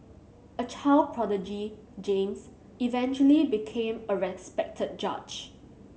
a child prodigy James eventually became a respected judge